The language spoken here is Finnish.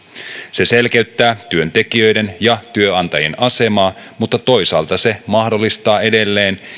se selkeyttää työntekijöiden ja työnantajien asemaa mutta toisaalta se mahdollistaa edelleen